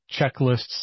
checklists